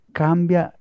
cambia